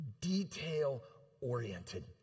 detail-oriented